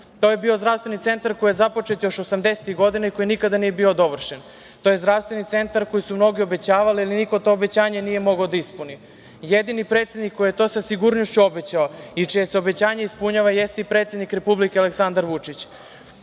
je bio zdravstveni centar koji je započet još osamdesetih godina koji nikada nije bio dovršen. To je zdravstveni centar koji su mnogi obećavali, ali niko to obećanje nije mogao da ispuni. Jedini predsednik koji je to sa sigurnošću obećao i čije se obećanje ispunjava jeste predsednik Republike Aleksandar Vučić.Za